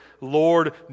Lord